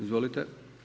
Izvolite.